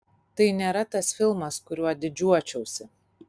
tai nėra tas filmas kuriuo didžiuočiausi